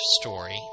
story